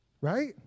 Right